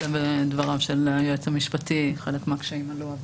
בדבריו של היועץ המשפטי כאשר חלק מהקשיים עלו.